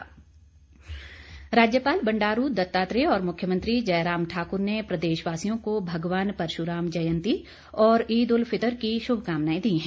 शुभकामनाएं राज्यपाल बंडारू दत्तात्रेय और मुख्यमंत्री जयराम ठाकुर ने प्रदेशवासियों को भगवान परशुराम जयंती और ईद उल फितर की शुभकामनाएं दी हैं